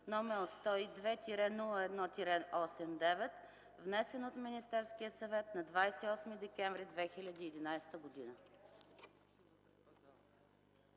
№ 102-01-89, внесен от Министерския съвет на 28 декември 2011 г.”